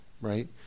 right